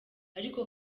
ariko